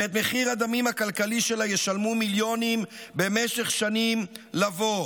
ואת מחיר הדמים הכלכלי שלה ישלמו מיליונים במשך שנים לבוא.